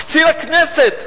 קצין הכנסת,